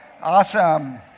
awesome